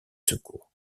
secours